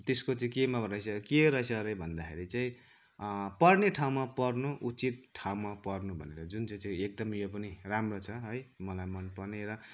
त्यसको चाहिँ केमा रहेछ के रहेछ अरे भन्दाखेरि चाहिँ पर्ने ठाउँमा पर्नु उचित ठाउँमा पर्नु भन्दा जुन चाहिँ चाहिँ एकदम यो पनि राम्रो छ है मलाई मनपर्ने र